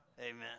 Amen